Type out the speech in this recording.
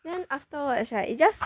then afterwards right it just